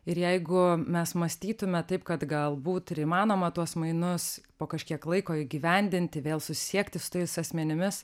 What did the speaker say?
ir jeigu mes mąstytume taip kad galbūt ir įmanoma tuos mainus po kažkiek laiko įgyvendinti vėl susisiekti su tais asmenimis